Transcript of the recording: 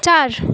চার